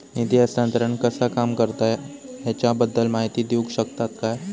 निधी हस्तांतरण कसा काम करता ह्याच्या बद्दल माहिती दिउक शकतात काय?